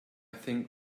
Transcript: think